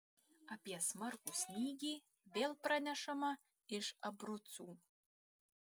apie smarkų snygį vėl pranešama iš abrucų